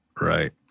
Right